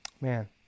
man